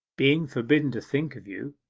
being forbidden to think of you,